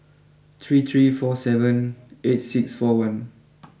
three three four seven eight six four one